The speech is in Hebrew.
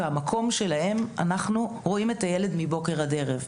והמקום שלהן אנחנו רואים את הילד מבוקר ועד ערב.